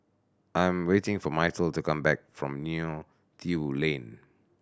I am waiting for Myrtle to come back from Neo Tiew Lane